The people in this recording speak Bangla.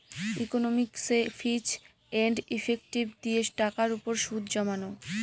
ইকনমিকসে ফিচ এন্ড ইফেক্টিভ দিয়ে টাকার উপর সুদ জমানো